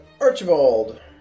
Archibald